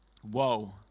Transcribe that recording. whoa